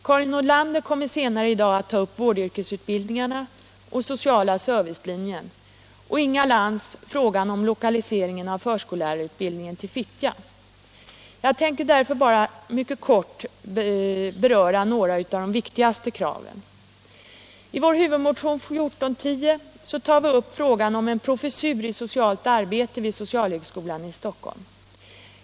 Karin Nordlander kommer senare i dag att ta upp vårdyrkesutbildningen och den sociala servicelinjen, och Inga Lantz tar upp frågan om lokaliseringen av förskollärarutbildningen till Fittja. Jag tänker därför bara mycket kortfattat beröra några av de viktigaste kraven. I vår huvudmotion 1410 tar vi upp frågan om en professur i socialt arbete vid socialhögskolan i Stockholm.